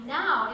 now